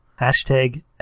hashtag